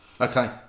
Okay